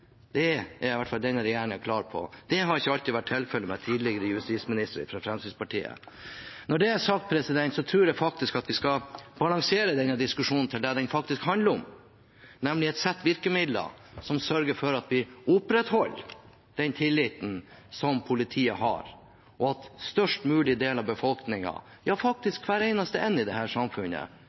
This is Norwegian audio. Det er i hvert fall denne regjeringen klar på. Det har ikke alltid vært tilfellet ved tidligere justisministre fra Fremskrittspartiet. Når det er sagt, tror jeg faktisk vi skal balansere denne diskusjonen til det den faktisk handler om, nemlig et sett med virkemidler som sørger for at vi opprettholder den tilliten som politiet har, og at størst mulig del av befolkningen – ja, faktisk hver eneste en i dette samfunnet